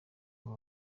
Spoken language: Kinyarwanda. abo